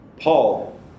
Paul